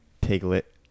piglet